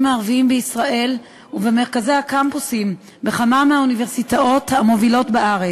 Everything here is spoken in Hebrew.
הערביים בישראל ובמרכזי הקמפוסים בכמה מהאוניברסיטאות המובילות בארץ.